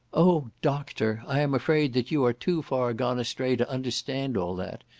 oh doctor! i am afraid that you are too far gone astray to understand all that.